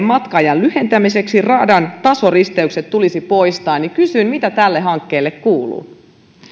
matka ajan lyhentämiseksi radan tasoristeykset tulisi poistaa kysyn mitä tälle hankkeelle kuuluu